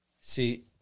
See